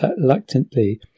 reluctantly